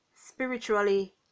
spiritually